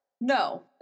No